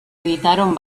editaron